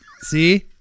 See